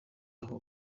aho